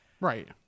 right